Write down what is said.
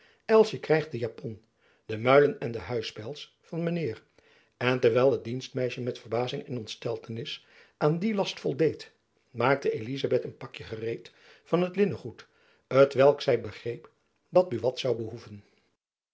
krijg de japon de muilen en de huispels van mijn heer en terwijl het dienstmeisjen met verbazing en ontsteltenis aan dien last voldeed maakte elizabeth een pakjen gereed van het linnengoed t welk zy begreep dat buat zoû behoeven